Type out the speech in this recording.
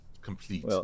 complete